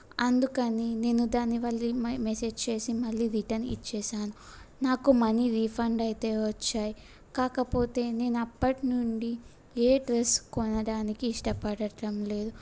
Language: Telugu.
అందుకని నేను దానివల్ల మె మెసేజ్ చేసి మళ్ళీ రిటర్న్ ఇచ్చాను నాకు మనీ రీఫండ్ అయితే వచ్చాయి కాకపోతే నేను అప్పటి నుండి ఏ డ్రెస్ కొనడానికి ఇష్టపడటం లేదు